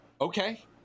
okay